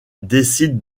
décide